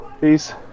Peace